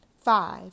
Five